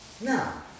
Now